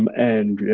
um and, yeah,